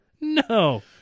No